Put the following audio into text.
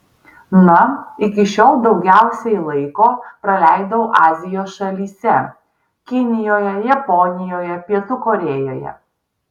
na iki šiol daugiausiai laiko praleidau azijos šalyse kinijoje japonijoje pietų korėjoje